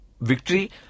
victory